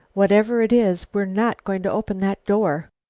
whatever it is, we're not going to open that door.